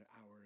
hour